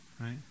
right